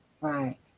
Right